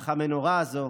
אך המנורה הזאת